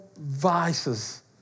vices